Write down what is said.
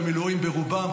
במילואים ברובם,